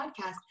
podcast